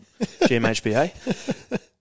GMHPA